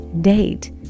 date